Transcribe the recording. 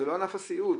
זה לא ענף הסיעוד,